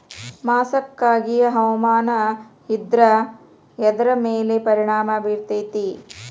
ಮಸಕಾಗಿ ಹವಾಮಾನ ಇದ್ರ ಎದ್ರ ಮೇಲೆ ಪರಿಣಾಮ ಬಿರತೇತಿ?